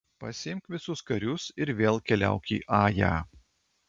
pasiimk visus karius ir vėl keliauk į ają